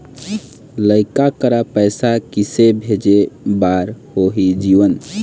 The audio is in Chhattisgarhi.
लइका करा पैसा किसे भेजे बार होही जीवन